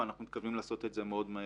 ואנחנו מתכוונים לעשות את זה מאוד מהר.